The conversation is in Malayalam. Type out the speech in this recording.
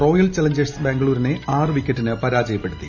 റോയൽ ചലഞ്ചേഴ്സ് ബാംഗ്ലൂരിനെ ആറ് വിക്കറ്റിന് പരാജയപ്പെടുത്തി